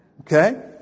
Okay